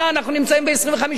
אנחנו נמצאים ב-25%.